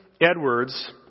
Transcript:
Edwards